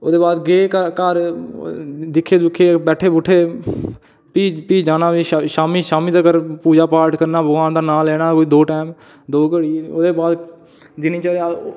ओह्दे बाद गे क घर दिक्खेआ दुक्खेआ बैट्ठे बुट्ठे भी भी जाना ते शामीं शामीं तक्कर पूजा पाठ करना भगोआन दा नां लैना दो टैम दो गै होए ओह्दे बाद दिनचर्या